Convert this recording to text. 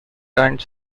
kinds